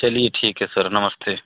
चलिए ठीक है सर नमस्ते